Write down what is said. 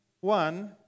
one